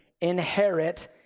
inherit